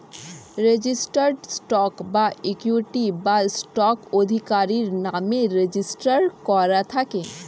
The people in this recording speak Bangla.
রেজিস্টার্ড স্টক ইকুইটি বা স্টক আধিকারির নামে রেজিস্টার করা থাকে